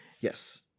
yes